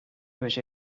which